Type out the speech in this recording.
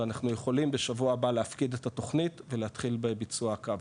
ואנחנו יכולים בשבוע הבא להפקיד את התוכנית ולהתחיל בביצוע הקו.